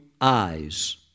eyes